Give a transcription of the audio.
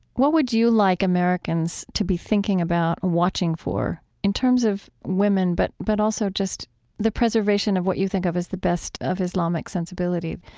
what would you like americans to be thinking about and watching for in terms of women, but but also just the preservation of what you think of as the best of islamic sensibility,